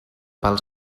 pels